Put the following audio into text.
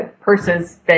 purses